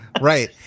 Right